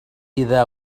إذا